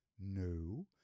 No